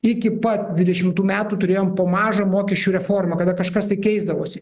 iki pat dvidešimtų metų turėjom po mažą mokesčių reformą kada kažkas tai keisdavosi